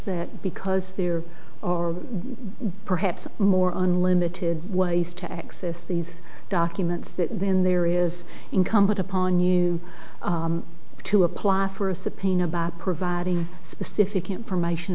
that because there are perhaps more unlimited ways to access these documents that when there is incumbent upon you to apply for a subpoena by providing specific information